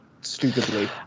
stupidly